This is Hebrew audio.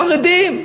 חרדים.